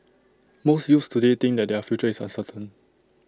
most youths today think that their future is uncertain